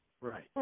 Right